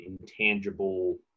intangible